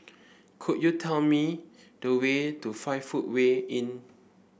could you tell me the way to Five Footway Inn